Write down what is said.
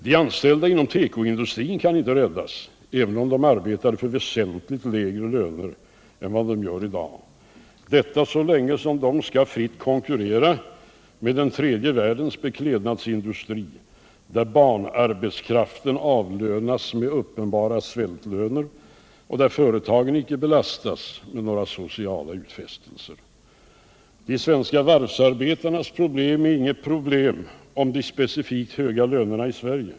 De anställda inom tekoindustrin kan inte räddas, även om de arbetar för väsentligt lägre löner än vad de gör i dag, så länge vår tekoindustri skall fritt konkurrera med den tredje världens beklädnadsindustri, där barnarbetskraften avlönas med uppenbara svältlöner och där företagen icke belastas med några sociala utfästelser. De svenska varvsarbetarnas problem är inget problem om de specifikt höga lönerna i Sverige.